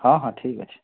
ହଁ ହଁ ଠିକ୍ ଅଛି